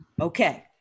Okay